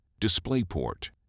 DisplayPort